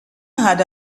had